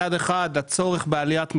מצד אחד, הצורך בעליית מחירים.